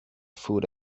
food